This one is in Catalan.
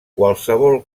qualsevol